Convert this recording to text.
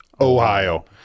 Ohio